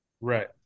right